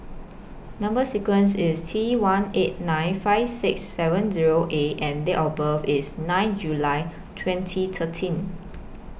Number sequence IS T one eight nine five six seven Zero A and Date of birth IS nine July twenty thirteen